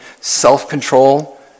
self-control